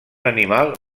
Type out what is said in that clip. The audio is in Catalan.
animal